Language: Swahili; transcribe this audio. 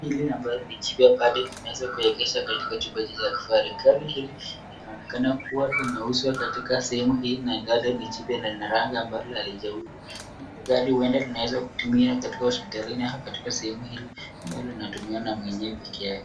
Ule ambayo ni jipya pale limeweza kuegesha katika chumba hichi cha kifahari, gari hili linaonekana kuwa linauzwa katika sehemu hii na tayari ni jipya na lina rangi ambalo halijauzwa. Hili gari huenda linaweza kutymiwa katika hospitalini au katika sehemu hii ambalo linatumiwa na mwenyewe peke yake.